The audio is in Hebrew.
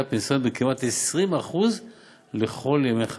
הפנסיונית בכמעט 20% לכל ימי חייה.